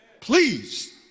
Please